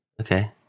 Okay